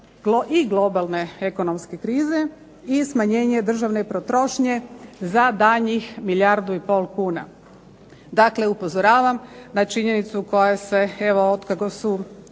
i globalne ekonomske krize i smanjenje državne potrošnje za daljnjih milijardu i pol kuna. Dakle, upozoravam na činjenicu koja se evo otkako su